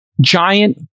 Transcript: giant